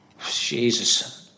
Jesus